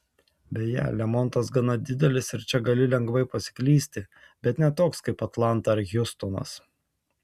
beje lemontas gana didelis ir čia gali lengvai pasiklysti bet ne toks kaip atlanta ar hjustonas